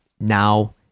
now